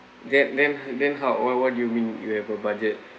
then then how what what do you mean you have a budget